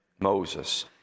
Moses